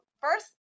first